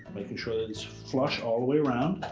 making sure that it's flush all the way around.